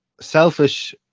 selfish